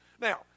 Now